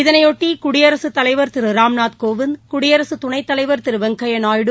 இதனைபொட்டி குடியரசுத் தலைவர் திரு ராம்நாத் கோவிந்த் குடியரசு துணைத்தலைவர் வெங்கையாநாயுடு